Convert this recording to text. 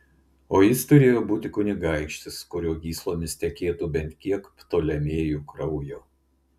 o jis turėjo būti kunigaikštis kurio gyslomis tekėtų bent kiek ptolemėjų kraujo